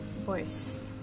voice